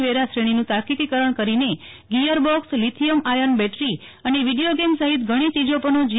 વેરા શ્રેણીનું તાર્કિકીકરણ કરીને ગીયર બોક્ષલીથીયમ આયર્ન બેટરી અને વિડીયો ગેમ સહિત ઘણી ચીજો પરનો જી